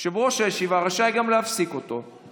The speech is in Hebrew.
יושב-ראש הישיבה רשאי גם להפסיק אותו.